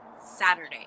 Saturday